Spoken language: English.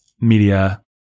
media